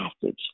passage